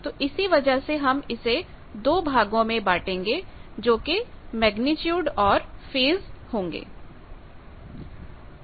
तो इसी वजह से हम इसे दो भागों में बाटेंगे जोकि मेग्नीट्यूड और फेज होंगे